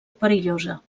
perillosa